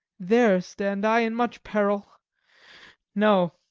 there stand i in much peril no,